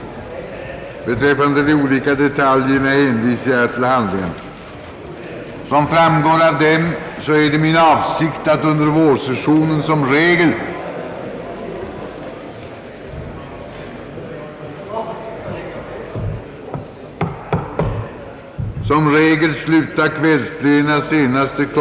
Beträffande de olika detaljerna hänvisar jag till handlingarna. Såsom framgår av dem är det min avsikt att under vårsessionen som regel sluta kvällsplena senast kl.